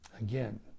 Again